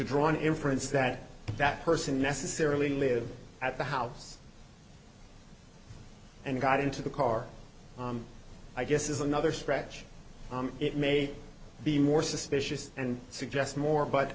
draw an inference that that person necessarily lived at the house and got into the car i guess is another stretch it may be more suspicious and suggest more but